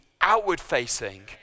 outward-facing